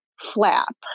flap